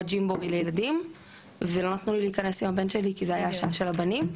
ג'ימבורי לילדים ולא נתנו לי להיכנס עם הבן שלי כי זה היה שעה של הבנים.